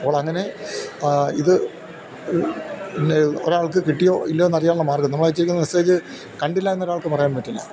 അപ്പോൾ അങ്ങനെ ഇത് ഒരാൾക്കു കിട്ടിയോ ഇല്ലയോ എന്നറിയാനുള്ള മാർഗം നമ്മളയച്ചിരിക്കുന്ന മെസ്സേജ് കണ്ടില്ലെന്ന് ഒരാൾക്കു പറയാൻ പറ്റില്ല